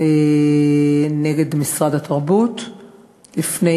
נגד משרד התרבות לפני